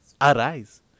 Arise